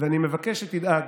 אני מבקש שתדאג